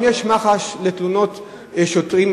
אם יש מח"ש לתלונות שוטרים,